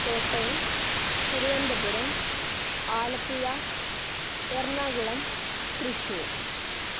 Kottayam Thiruvananthapuram Alappuzha Ernakulam Thrissur